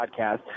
podcast